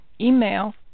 email